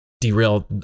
derail